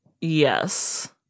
Yes